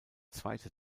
zweite